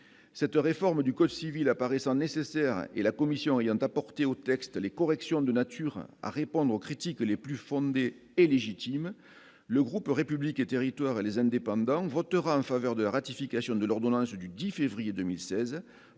cette réforme du Kossi ville apparaissant nécessaires et la commission ayant apporté au texte les corrections de nature à répondre aux critiques les plus fondés et légitimes, le groupe République et Territoires et les indépendants votera en faveur de la ratification de l'ordonnance du 10 février 2016